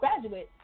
graduate